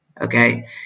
okay